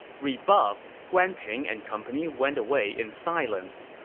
rebuffed, guan ping and company went away in silence.